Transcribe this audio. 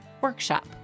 workshop